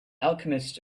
alchemist